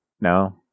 No